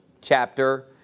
chapter